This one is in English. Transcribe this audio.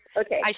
Okay